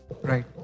Right